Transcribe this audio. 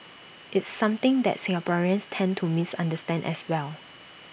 it's something that Singaporeans tend to misunderstand as well